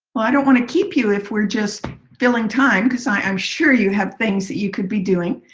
i do not want to keep you if we are just filling time because i'm sure you have things you could be doing.